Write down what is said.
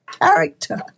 character